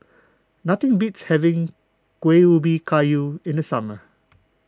nothing beats having Kuih Ubi Kayu in the summer